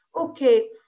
okay